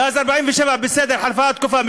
מאז 1947, בסדר, חלפה תקופה.